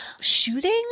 shooting